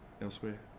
elsewhere